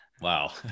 Wow